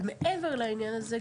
ומעבר לעניין הזה,